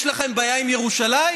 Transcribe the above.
יש לכם בעיה עם ירושלים,